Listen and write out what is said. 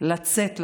לצאת לעבודה.